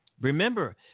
Remember